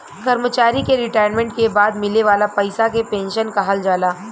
कर्मचारी के रिटायरमेंट के बाद मिले वाला पइसा के पेंशन कहल जाला